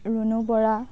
Runu Bora